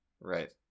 right